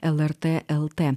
lrt lt